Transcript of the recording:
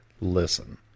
listen